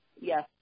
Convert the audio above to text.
yes